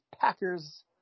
Packers